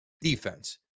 defense